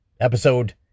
Episode